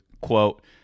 quote